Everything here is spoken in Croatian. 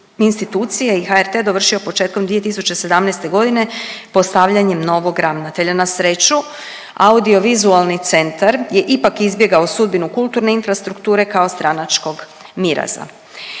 institucije i HRT dovršio početkom 2017.g. postavljanjem novog ravnatelja. Na sreću Audiovizualni centar je ipak izbjegao sudbinu kulturne infrastrukture kao stranačkog miraza.